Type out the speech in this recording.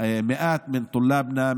מאות מבנינו,